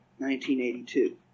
1982